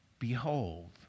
Behold